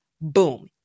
Boom